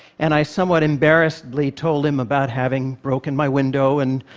and i somewhat embarrassedly told him about having broken my window, and,